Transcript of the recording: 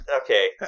Okay